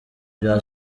bya